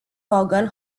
vaughan